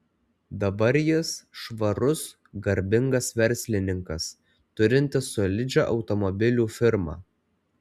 dabar jis švarus garbingas verslininkas turintis solidžią automobilių firmą